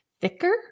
thicker